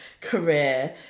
career